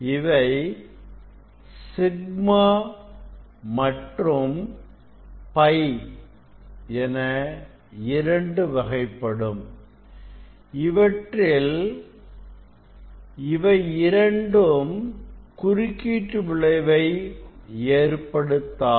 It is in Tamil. இவை சிக்மா மற்றும் π என இரண்டு வகைப்படும் இவற்றில் இவை இரண்டும் குறுக்கீட்டு விளைவை ஏற்படுத்தாது